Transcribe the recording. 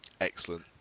excellent